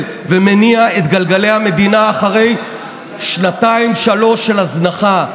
ומניע את גלגלי המדינה אחרי שנתיים-שלוש של הזנחה.